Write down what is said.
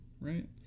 right